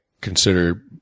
consider